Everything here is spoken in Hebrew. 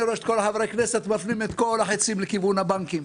אני רואה שכל חברי הכנסת מפנים את כל החצים לכיוון הבנקים.